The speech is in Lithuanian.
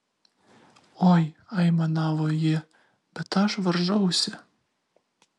oi aimanavo ji bet aš varžausi